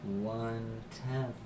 One-tenth